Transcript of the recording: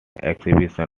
exhibition